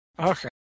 Okay